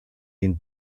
den